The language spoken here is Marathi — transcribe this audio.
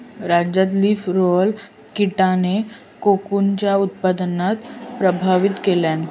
राज्यात लीफ रोलर कीटेन कोकूनच्या उत्पादनाक प्रभावित केल्यान